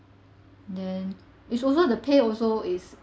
then it's also the pay also is